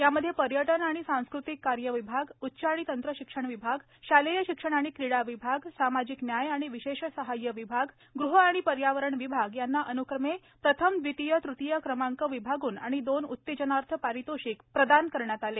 यामध्ये पर्यटन आणि सांस्कृतिक कार्य विभाग उच्च आणि तंत्र शिक्षण विभाग शालेय शिक्षण आणि क्रीडा विभाग सामाजिक न्याय आणि विशेष सहाय्य विभाग गृह आणि पर्यावरण विभाग यांना अनुक्रमे प्रथम द्वितीय तृतीय क्रमांक आणि दोन उत्तेजनार्थ पारितोषिक प्रदान करण्यात आले